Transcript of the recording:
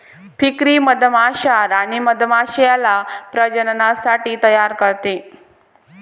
फ्रीकरी मधमाश्या राणी मधमाश्याला प्रजननासाठी तयार करते